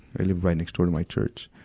i live right next door to my church.